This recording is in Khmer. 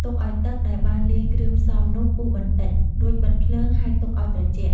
ទុកឲ្យទឹកដែលបានលាយគ្រឿងផ្សំនោះពុះបន្តិច រួចបិទភ្លើង ហើយទុកឲ្យត្រជាក់។